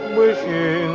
wishing